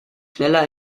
schneller